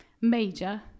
major